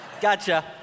Gotcha